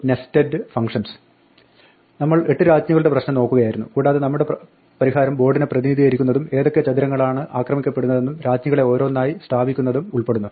നമ്മൾ എട്ട് രാജ്ഞികളുടെ പ്രശ്നം നോക്കുകയായിരുന്നു കൂടാതെ നമ്മുടെ പരിഹാരം ബോർഡിനെ പ്രതിനിധീകരിക്കുന്നതും ഏതൊക്കെ ചതുരങ്ങളാണ് ആക്രമിക്കപ്പെടുന്നതെന്നും രാജ്ഞികളെ ഓരോന്നായി സ്ഥാപിക്കുന്നതും ഉൾപ്പെടുന്നു